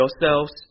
yourselves